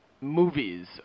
movies